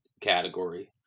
category